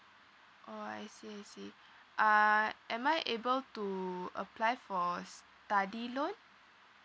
orh I see I see uh am I able to apply for study loan